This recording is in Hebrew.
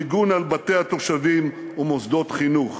מיגון בתי התושבים ומוסדות חינוך.